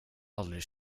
aldrig